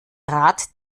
rat